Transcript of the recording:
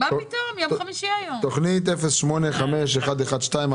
תכנית 08-51-12,